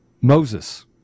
Moses